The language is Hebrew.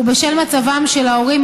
ובשל מצבם של ההורים,